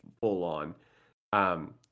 full-on